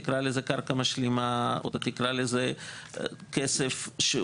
תקרא לזה קרקע משלימה או תקרא לזה כסף ---.